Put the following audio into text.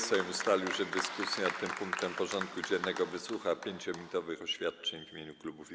Sejm ustalił, że w dyskusji nad tym punktem porządku dziennego wysłucha 5-minutowych oświadczeń w imieniu klubów i kół.